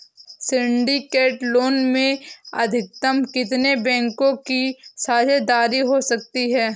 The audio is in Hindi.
सिंडिकेट लोन में अधिकतम कितने बैंकों की साझेदारी हो सकती है?